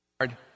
hard